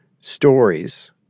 stories